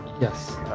Yes